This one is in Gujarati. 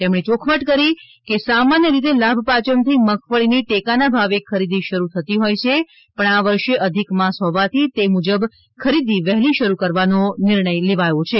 તેમણે ચોખવટ કરી છે કે સામાન્ય રીતે લાભપાંચમથી મગફળીની ટેકાના ભાવે ખરીદી શરૂ થતી હોય છે પણ આ વર્ષે અધિક માસ હોવાથી તે મુજબ ખરીદી વહેલી શરૂ કરવાનો નિર્ણય લેવાયો છે